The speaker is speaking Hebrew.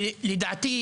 ולדעתי,